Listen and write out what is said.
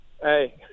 hey